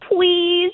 Please